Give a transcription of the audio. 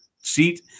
seat